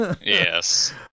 Yes